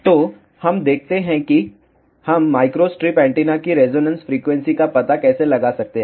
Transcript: तो हम देखते हैं कि हम माइक्रोस्ट्रिप एंटीना की रेजोनेंस फ्रीक्वेंसी का पता कैसे लगा सकते हैं